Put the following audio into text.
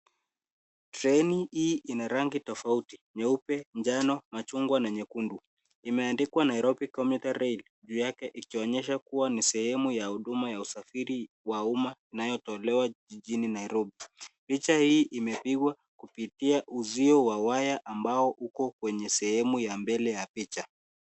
Treni hii ina rangi tofauti, nyeupe, njano, machungwa na nyekundu. Imeandikuwa Nairobi Commuter Rail, juu yaka ikionyesha kuwa ni sehemu ya huduma ya usafiri wa uma inayotolewa jijini Nairobi. Picha hii imepigwa kupitia uzio wa waya ambayo uko kwenye sehemu ya mbele ya picha.